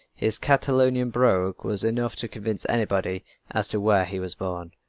his catalonian brogue was enough to convince anybody as to where he was born.